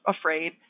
afraid